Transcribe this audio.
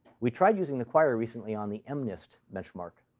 we tried using the quire recently on the mnist benchmark,